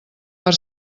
per